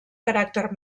caràcter